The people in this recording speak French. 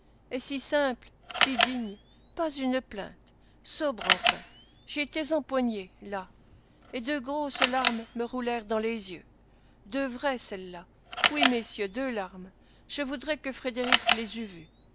et si simple si digne pas une plainte sobre enfin j'étais empoigné là et deux grosses larmes me roulèrent dans les yeux deux vraies celles-là oui messieurs deux larmes je voudrais que frédérick les eût vues